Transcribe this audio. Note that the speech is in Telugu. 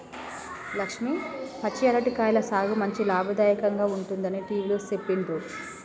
లక్ష్మి పచ్చి అరటి కాయల సాగు మంచి లాభదాయకంగా ఉంటుందని టివిలో సెప్పిండ్రు